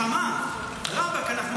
מלחמה, רבאק, אנחנו במלחמה.